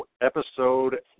episode